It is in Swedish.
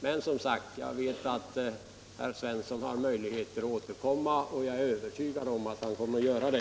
Men jag vet, som sagt, att herr Svensson har möjlighet att återkomma,. och jag är övertygad om att han också kommer att göra det.